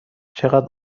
چقدر